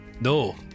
No